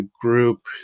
group